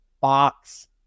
box